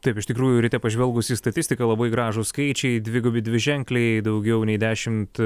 taip iš tikrųjų ryte pažvelgus į statistiką labai gražūs skaičiai dvigubi dviženkliai daugiau nei dešimt